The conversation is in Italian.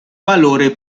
valore